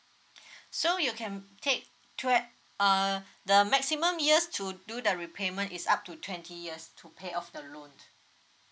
so you can take twe~ err the maximum years to do the repayment is up to twenty years to pay off the loan